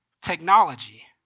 technology